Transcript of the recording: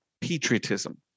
patriotism